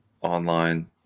online